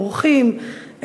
אורחים,